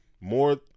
more